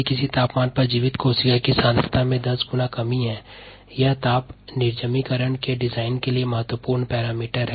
वास्तव में यह उच्च तापमान पर जीवित कोशिका की सांद्रता में 10 गुना कमी है यह ताप निर्जमीकरण के प्रारूप के लिए एक महत्वपूर्ण मापदंड है